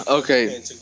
Okay